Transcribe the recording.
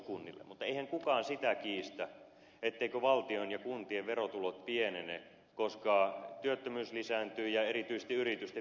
mutta eihän kukaan sitä kiistä etteivätkö valtion ja kuntien verotulot pienene koska työttömyys lisääntyy ja erityisesti yritysten vientikysyntä heikkenee